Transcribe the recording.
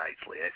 nicely